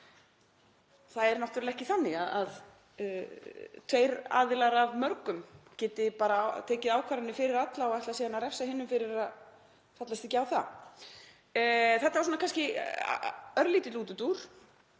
Það er náttúrlega ekki þannig að tveir aðilar af mörgum geti bara tekið ákvarðanir fyrir alla og ætli síðan að refsa hinum fyrir að fallast ekki á það. Þetta var kannski örlítill útúrdúr.